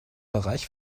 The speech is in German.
bereich